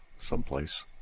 someplace